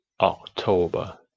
October